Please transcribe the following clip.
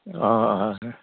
अ अ